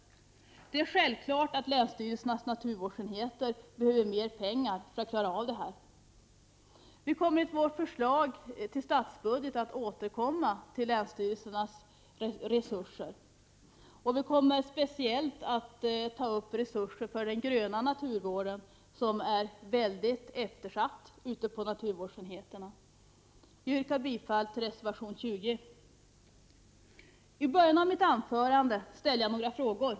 Det är självklart att länsstyrelsernas naturvårdsenheter behöver mer pengar för att klara av sina uppgifter. Vi kommer i vårt förslag till statsbudget att återkomma till länsstyrelsernas resurser. Vi kommer att ta upp resurser speciellt till den gröna naturvården, som är mycket eftersatt ute på naturvårdsenheterna. Jag yrkar bifall till reservation 20. I början av mitt anförande ställde jag några frågor.